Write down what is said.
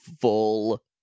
full